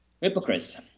hypocrites